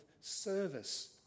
service